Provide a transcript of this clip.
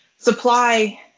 supply